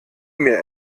mir